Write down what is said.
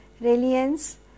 reliance